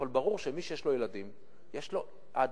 אבל ברור שמי שיש לו ילדים יש לו העדפה.